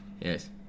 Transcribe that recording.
yes